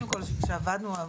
כן.